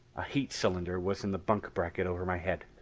a heat cylinder was in the bunk-bracket over my head.